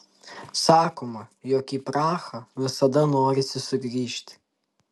sakoma jog į prahą visada norisi sugrįžti